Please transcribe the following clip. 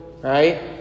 right